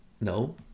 No